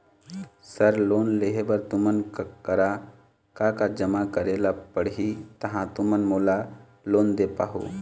Sir loan लेहे बर तुमन करा का का जमा करें ला पड़ही तहाँ तुमन मोला लोन दे पाहुं?